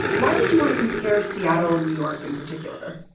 why did you want to compare seattle and new york in particular?